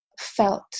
felt